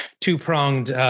two-pronged